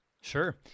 Sure